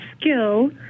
skill